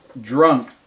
drunk